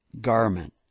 garment